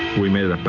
we made a but